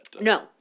no